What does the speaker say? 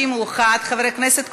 51 חברי כנסת,